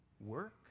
work